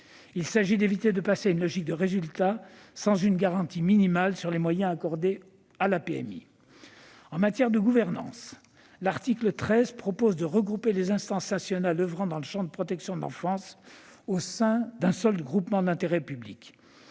Il s'agit d'éviter de passer à une logique de résultats sans une garantie minimale sur les moyens accordés à la PMI. En matière de gouvernance, l'article 13 prévoit de regrouper les instances nationales oeuvrant dans le champ de la protection de l'enfance au sein d'un seul groupement d'intérêt public